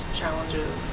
challenges